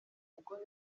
umugore